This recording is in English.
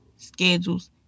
schedules